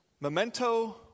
memento